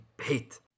hate